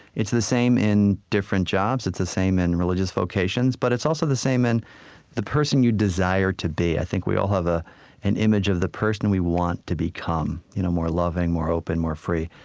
it's the same in different jobs. it's the same in religious vocations. but it's also the same in the person you desire to be. i think we all have ah an image of the person we want to become you know more loving, more open, more free.